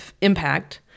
impact